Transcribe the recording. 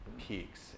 peaks